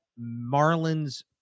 Marlins